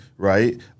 Right